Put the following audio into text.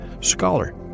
scholar